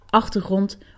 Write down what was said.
achtergrond